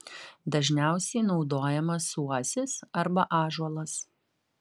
dažniausiai naudojamas uosis arba ąžuolas